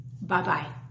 Bye-bye